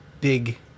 big